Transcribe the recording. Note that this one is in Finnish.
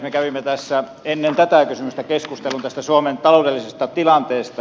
me kävimme ennen tätä kysymystä keskustelun suomen taloudellisesta tilanteesta